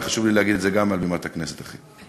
היה לי חשוב להגיד את זה גם מעל בימת הכנסת, אחי.